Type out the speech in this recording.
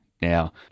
Now